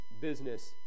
business